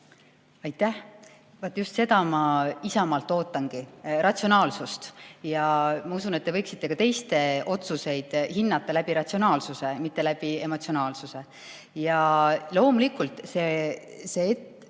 Aitäh! Just seda ma Isamaalt ootangi – ratsionaalsust. Ma usun, et te võiksite ka teiste otsuseid hinnata läbi ratsionaalsuse, mitte läbi emotsionaalsuse prisma. Loomulikult oli see